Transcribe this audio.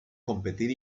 competir